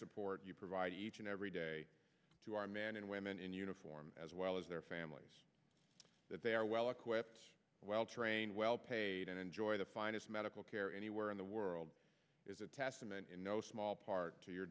support you provide each and every day to our men and women in uniform as well as their family that they are well equipped well trained well paid and enjoy the finest medical care anywhere in the world is a testament in no small part to your